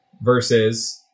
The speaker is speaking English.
versus